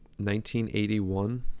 1981